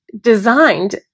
designed